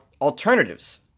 alternatives